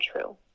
true